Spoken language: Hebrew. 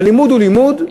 הלימוד הוא לימוד,